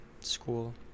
school